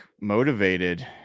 motivated